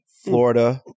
Florida